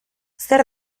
zer